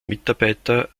mitarbeiter